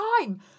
time